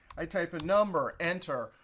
i type a number, enter.